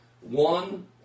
One